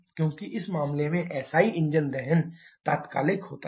क्योंकि इस मामले में एसआई इंजन दहन तात्कालिक होता है